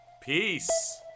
Peace